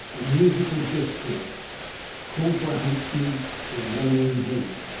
a musical discord called by huntsmen their morning hymn.